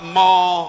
more